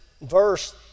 verse